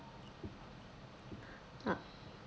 ah